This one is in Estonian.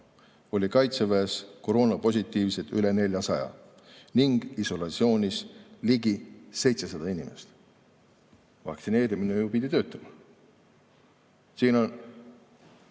oli kaitseväes koroonapositiivseid üle 400 ning isolatsioonis ligi 700 inimest." Vaktsineerimine ju pidi töötama?! Siin on